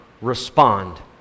respond